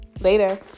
Later